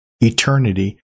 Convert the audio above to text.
Eternity